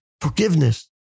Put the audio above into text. forgiveness